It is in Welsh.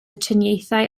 triniaethau